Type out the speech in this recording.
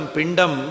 Pindam